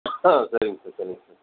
ஆ சரிங்க சார் சரிங்க சார்